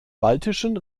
baltischen